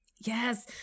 yes